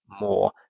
more